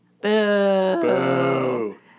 Boo